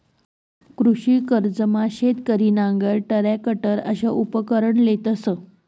कृषी कर्जमा शेतकरी नांगर, टरॅकटर अशा उपकरणं लेतंस